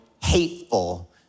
hateful